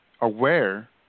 aware